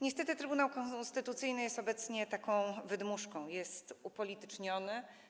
Niestety Trybunał Konstytucyjny jest obecnie taką wydmuszką, jest upolityczniony.